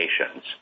nations